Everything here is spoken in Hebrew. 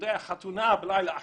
חתונה בלילה אחד,